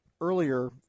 earlier